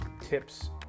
tips